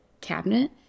cabinet